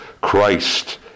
Christ